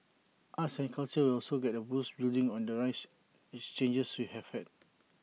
arts and culture will also get A boost building on the rich exchanges we have had